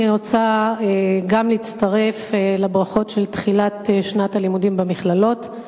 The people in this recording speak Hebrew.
אני רוצה להצטרף לברכות על תחילת שנת הלימודים במכללות,